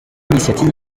initiative